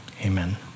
Amen